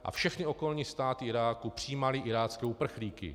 A všechny okolní státy Iráku přijímaly irácké uprchlíky.